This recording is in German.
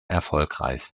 erfolgreich